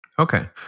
Okay